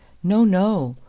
no, no!